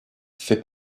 fait